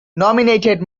nominated